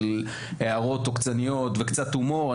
של הערות עוקצניות וקצת הומור.